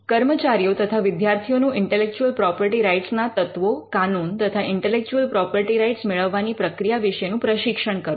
કર્મચારીઓ તથા વિદ્યાર્થીઓનું ઇન્ટેલેક્ચુઅલ પ્રોપર્ટી રાઇટ્સ ના તત્વો કાનુન તથા ઇન્ટેલેક્ચુઅલ પ્રોપર્ટી રાઇટ્સ મેળવવાની પ્રક્રિયા વિશેનું પ્રશિક્ષણ કરવું